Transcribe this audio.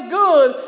good